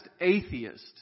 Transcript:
atheist